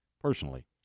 personally